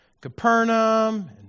Capernaum